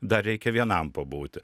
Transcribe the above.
dar reikia vienam pabūti